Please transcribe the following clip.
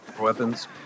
weapons